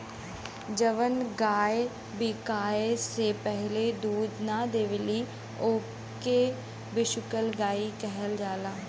जवन गाय बियाये से पहिले दूध ना देवेली ओके बिसुकुल गईया कहल जाला